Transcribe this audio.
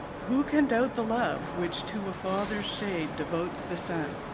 who can doubt the love which to a father's shade devotes the son?